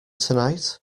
tonight